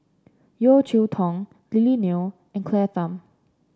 Yeo Cheow Tong Lily Neo and Claire Tham